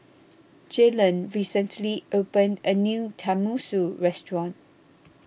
Jalen recently opened a new Tenmusu Restaurant